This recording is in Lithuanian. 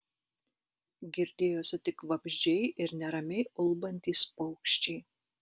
girdėjosi tik vabzdžiai ir neramiai ulbantys paukščiai